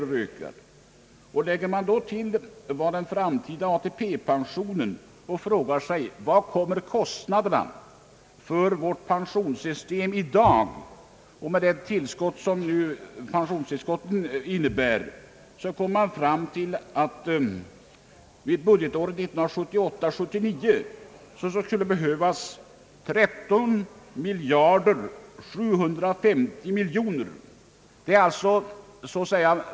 Man kan då lägga till den framtida ATP-pensionen och fråga sig: Vilka blir kostnaderna för vårt pensionssystem med den ökning som pensionstillskotten innebär? Man finner då att för budgetåret 1978/79 skulle behövas 13 750 miljoner kronor.